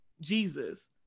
Jesus